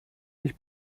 ich